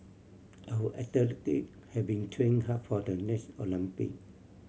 our athlete have been training hard for the next Olympic